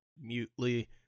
mutely